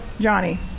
Johnny